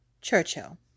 churchill